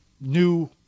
new